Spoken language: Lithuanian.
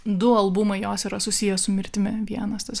du albumai jos yra susiję su mirtimi vienas tas